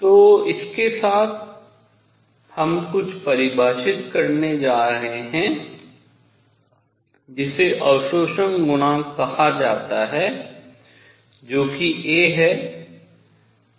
तो इसके साथ हम कुछ परिभाषित करने जा रहे हैं जिसे अवशोषण गुणांक कहा जाता है जो कि a है प्रतीक a है